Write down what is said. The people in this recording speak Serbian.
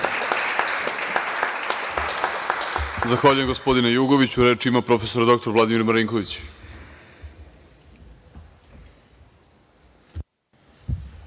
Zahvaljujem, gospodine Jugoviću. Reč ima prof. dr Vladimir Marinković.